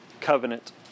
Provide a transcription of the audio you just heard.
covenant